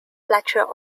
fletcher